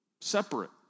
separate